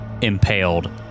impaled